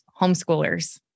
homeschoolers